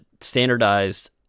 standardized